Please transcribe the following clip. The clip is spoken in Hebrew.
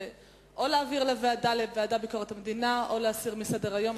או להסיר מסדר-היום.